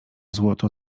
złoto